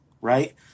Right